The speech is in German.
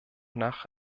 nach